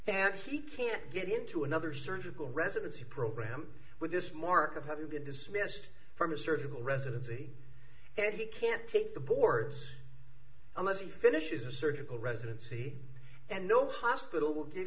and he can't get into another surgical residency program with this mark of having been dismissed from a surgical residency and he can't take the boards unless he finishes a surgical residency and no hospital will give